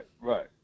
right